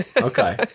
okay